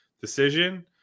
decision